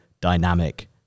dynamic